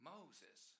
Moses